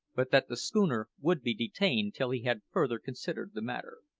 but that the schooner would be detained till he had further considered the matter.